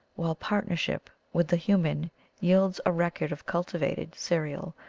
while partnership with the human yields a record of cultivated cereal,